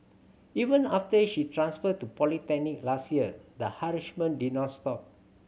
even after she transferred to polytechnic last year the harassment did not stop